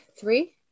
three